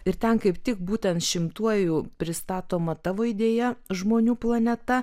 ir ten kaip tik būtent šimtuoju pristatoma tavo idėja žmonių planeta